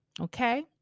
Okay